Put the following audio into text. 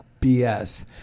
BS